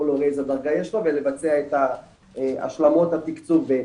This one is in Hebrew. כל הורה איזה דרגה יש לו ולבצע את ההשלמות של התקצוב בהתאם.